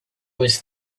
was